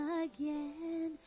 again